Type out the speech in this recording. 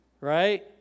right